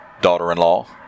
daughter-in-law